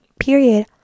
Period